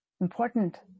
important